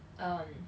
um